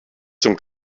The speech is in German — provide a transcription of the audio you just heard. zum